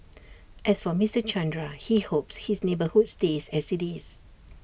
as for Mister Chandra he hopes his neighbourhood stays as IT is